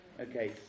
Okay